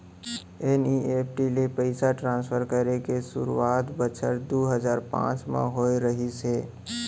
NEFT ले पइसा transfer करे के सुरूवात बछर दू हजार पॉंच म होय रहिस हे